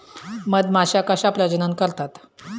मधमाश्या कशा प्रजनन करतात?